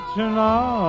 tonight